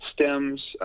stems